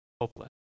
hopeless